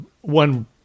one